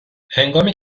هنگامی